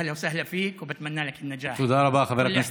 ברוך הבא, ואני מאחל לך הצלחה.) תודה רבה,